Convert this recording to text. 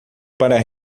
para